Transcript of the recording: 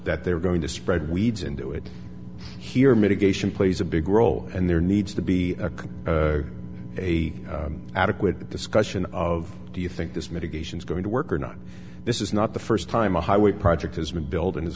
that they're going to spread weeds and do it here mitigation plays a big role and there needs to be a a adequate discussion of do you think this mitigations going to work or not this is not the first time a highway project has been build and is